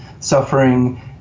suffering